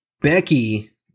Becky